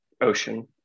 ocean